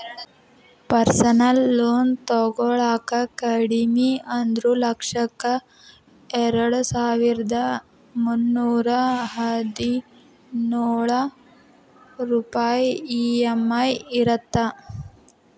personal loan ತೊಗೊಳಾಕ ಕಡಿಮಿ ಅಂದ್ರು ಲಕ್ಷಕ್ಕ ಎರಡಸಾವಿರ್ದಾ ಮುನ್ನೂರಾ ಹದಿನೊಳ ರೂಪಾಯ್ ಇ.ಎಂ.ಐ ಇರತ್ತ